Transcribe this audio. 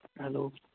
hello